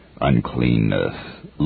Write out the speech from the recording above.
uncleanness